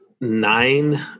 nine